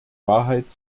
wahrheit